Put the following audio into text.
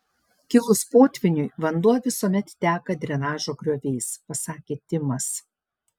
kilus potvyniui vanduo visuomet teka drenažo grioviais pasakė timas